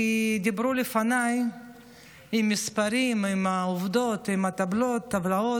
כי דיברו לפניי עם מספרים, עם עובדות, עם טבלאות.